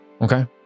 Okay